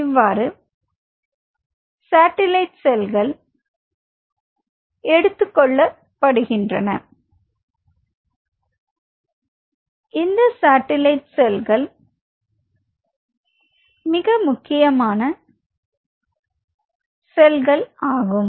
இவ்வாறு சாட்டிலைட் செல்கள் எடுத்துக்கொள்ளப்படுகின்றன இந்த சாட்டிலைட் செல்கள் மிக முக்கியமான செல்கள் ஆகும்